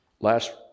Last